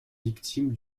victimes